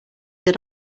that